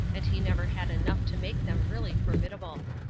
and he never had enough to make them really formidable.